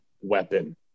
weapon